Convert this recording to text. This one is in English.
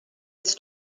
its